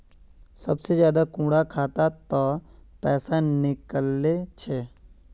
सबसे ज्यादा कुंडा खाता त पैसा निकले छे?